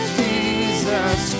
jesus